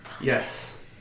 Yes